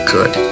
Good